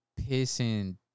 pissing